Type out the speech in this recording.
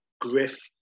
Griff